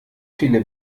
viele